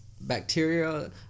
Bacteria